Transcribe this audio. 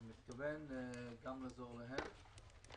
אני מתכוון גם לעזור להם.